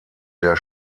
der